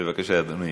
בבקשה, אדוני.